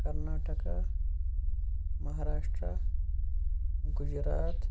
Karnataka Maharashtra Gujarat